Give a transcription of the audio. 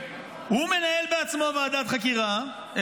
מנהל בעצמו ועדת חקירה.